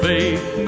Faith